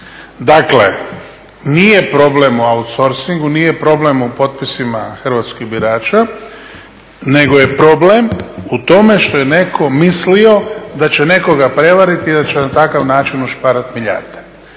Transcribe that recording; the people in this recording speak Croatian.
Dakle, nije problem u outsourcingu, nije problem u potpisima hrvatskih birača nego je problem u tome što je netko mislio da će nekoga prevariti i da će na takav način ušparati milijarde.